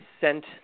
sent